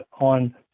on